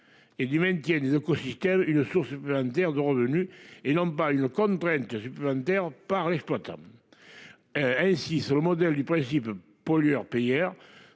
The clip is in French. Et du maintien des écosystèmes une source. Inter de revenus et non pas une contrainte supplémentaire par l'exploitant. Ainsi, sur le modèle du principe. Pollueur-payeur,